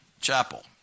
chapel